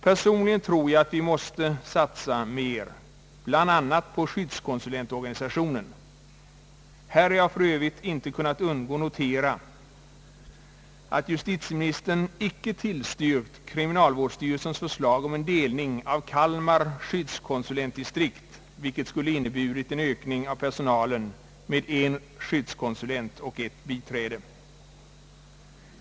Personligen tror jag att vi måste satsa mer bl.a. på skyddskonsulentorganisationen. Beträffande denna har jag för övrigt inte kunnat undgå notera att justitieministern icke tillstyrkt kriminalvårdsstyrelsens förslag om en delning av Kalmar skyddskonsulentdistrikt, vilket skulle ha inneburit en ökning av personalen med en skyddskonsulent och ett biträde.